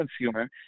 consumer